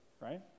right